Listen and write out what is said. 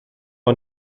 und